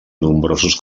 nombrosos